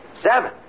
Seven